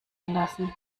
lassen